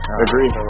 agree